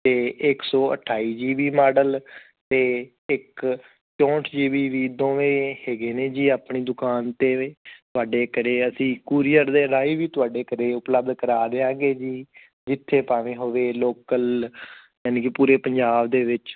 ਅਤੇ ਇੱਕ ਸੌ ਅਠਾਈ ਜੀ ਬੀ ਮਾਡਲ ਅਤੇ ਇੱਕ ਚੌਂਹਠ ਜੀ ਬੀ ਦੋਵੇਂ ਹੈਗੇ ਨੇ ਜੀ ਆਪਣੀ ਦੁਕਾਨ 'ਤੇ ਵੇ ਤੁਹਾਡੇ ਘਰ ਅਸੀਂ ਕੂਰੀਅਰ ਦੇ ਰਾਹੀਂ ਵੀ ਤੁਹਾਡੇ ਘਰ ਉਪਲੱਬਧ ਕਰਾ ਦਿਆਂਗੇ ਜੀ ਜਿੱਥੇ ਭਾਵੇਂ ਹੋਵੇ ਲੋਕਲ ਯਾਨੀ ਕਿ ਪੂਰੇ ਪੰਜਾਬ ਦੇ ਵਿੱਚ